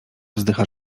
wzdycha